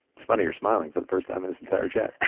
it's funny you're smiling, for the first time in this entire chat.